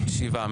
שבעה.